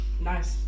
nice